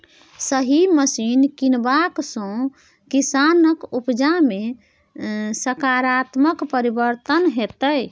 सही मशीन कीनबाक सँ किसानक उपजा मे सकारात्मक परिवर्तन हेतै